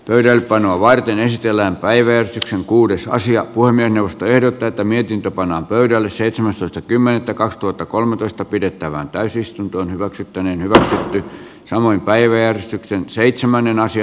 töiden panoa varten esitellään päivetystä kuudesta asia kuin minusta ehdot tätä mietintö pannaan pöydälle seitsemästoista kymmenettä kaksituhattakolmetoista pidettävään täysistunto hyväksyttäneen ykn samoin päivä järjestetään seitsemännen anssi